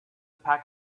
pack